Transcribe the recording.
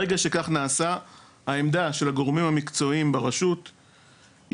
ברגע שכך נעשה העמדה של הגורמים המקצועיים ברשות היא